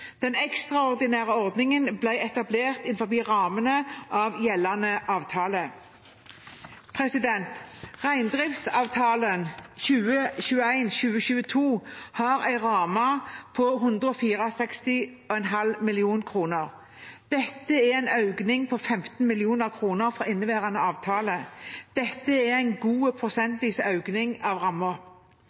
Den ekstraordinære ordningen ble etablert innenfor rammene av gjeldende avtale. Reindriftsavtalen 2021–2022 har en ramme på 164,5 mill. kr. Dette er en økning på 15 mill. kr fra inneværende avtale. Dette er en god prosentvis økning av